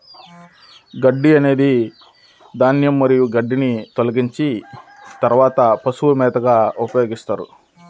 గడ్డి అనేది ధాన్యం మరియు గడ్డిని తొలగించిన తర్వాత పశువుల మేతగా ఉపయోగిస్తారు